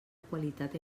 qualitat